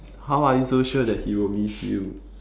how are you so sure that he will miss you